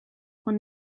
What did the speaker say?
ond